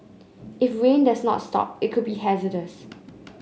if rain does not stop it could be hazardous